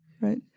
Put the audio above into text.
right